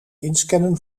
inscannen